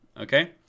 okay